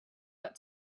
got